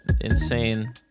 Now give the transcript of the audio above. insane